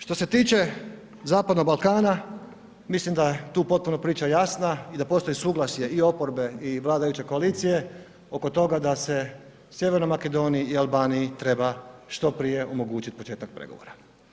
Što se tiče zapadnog Balkana, mislim da je tu potpuno priča jasna i da postoji suglasje i oporbe i vladajuće koalicije oko toga da se Sjevernoj Makedoniji i Albaniji treba što prije omogućit početak pregovora.